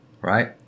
Right